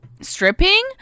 stripping